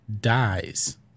dies